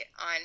on